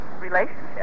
relationship